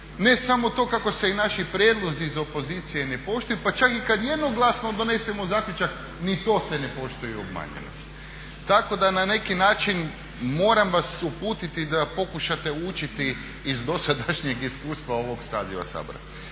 ne samo to kako se i naši prijedlozi iz opozicije ne poštuju pa čak i kad jednoglasno donesemo zaključak ni to se ne poštuje i obmanjuju nas. Tako da na neki način moram vas uputiti da pokušate učiti iz dosadašnjeg iskustva ovog saziva Sabora.